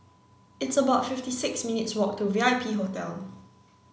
it's about fifty six minutes' walk to V I P Hotel